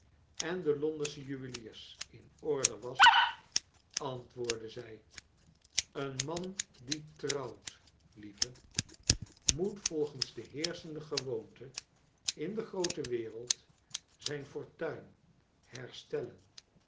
en de londensche juweliers in orde was antwoordde zij een man die trouwt lieve moet volgens de heerschende gewoonte in de groote wereld zijn fortuin herstellen